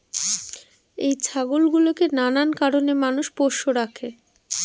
এই ছাগল গুলোকে নানান কারণে মানুষ পোষ্য রাখে